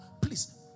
please